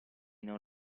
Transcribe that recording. non